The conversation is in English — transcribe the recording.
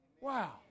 Wow